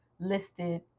listed